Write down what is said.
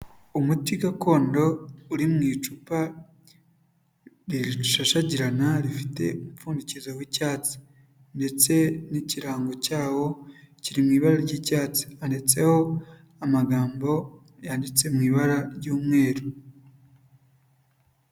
Umuti gakondo uri mu icupa rishashagirana, rifite umupfundikizo w'icyatsi ndetse n'ikirango cyawo kiri mu ibara ry'icyatsi, handitseho amagambo yanditse mu ibara ry'umweru.